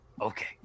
Okay